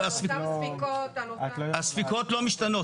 הספיקות לא משתנות.